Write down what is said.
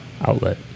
outlet